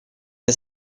для